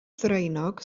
ddraenog